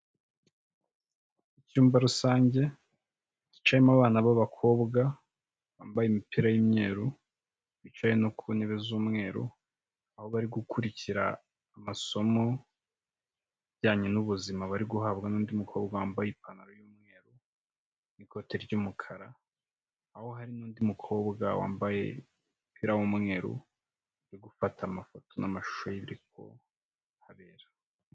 Icyumba rusange cyicayemo abana b'abakobwa bambaye imipira y'umweru bicaye no ku ntebe z'umweru aho bari gukurikira amasomo ajyanye n'ubuzima bari guhabwa n'undi mukobwa wambaye ipantaro y'umweru n'ikoti ry'umukara, aho hari n'undi mukobwa wambaye umupira w'umweru uri gufata amafoto n'amashusho y'ibiri kuhabera.